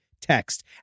text